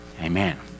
Amen